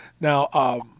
Now